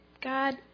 God